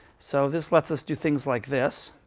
so this lets us do things like this.